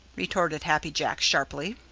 retorted happy jack sharply.